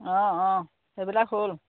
অঁ অঁ সেইবিলাক হ'ল